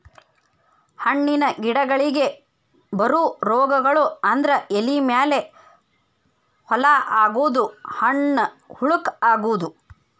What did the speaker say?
ಹಣ್ಣಿನ ಗಿಡಗಳಿಗೆ ಬರು ರೋಗಗಳು ಅಂದ್ರ ಎಲಿ ಮೇಲೆ ಹೋಲ ಆಗುದು, ಹಣ್ಣ ಹುಳಕ ಅಗುದು